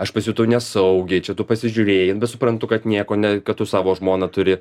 aš pasijutau nesaugiai čia tu pasižiūrėjai bet suprantu kad nieko ne kad tu savo žmoną turi